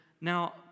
now